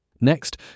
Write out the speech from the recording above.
Next